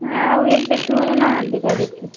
ଆଉ ଏବେ ଶୁଣୁନାହାନ୍ତି ଏକା କିଛି